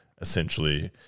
essentially